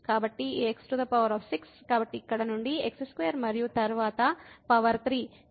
కాబట్టి ఈ x6 కాబట్టి ఇక్కడ నుండి x2 మరియు తరువాత పవర్ 3